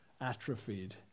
atrophied